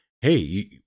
Hey